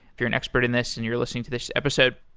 if you're an expert in this and you're listening to this episode.